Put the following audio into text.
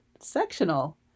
sectional